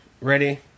Ready